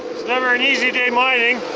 never an easy day mining.